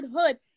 hood